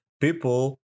people